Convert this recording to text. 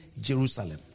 Jerusalem